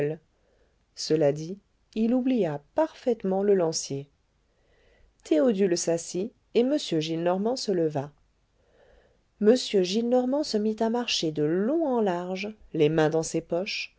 cela dit il oublia parfaitement le lancier théodule s'assit et m gillenormand se leva m gillenormand se mit à marcher de long en large les mains dans ses poches